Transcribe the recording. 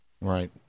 Right